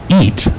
eat